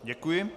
Děkuji.